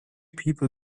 people